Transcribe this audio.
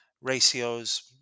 ratios